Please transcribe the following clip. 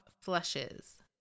flushes